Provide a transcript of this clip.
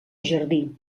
jardí